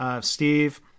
Steve